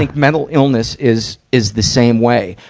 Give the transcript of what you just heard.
like mental illness is, is the same way.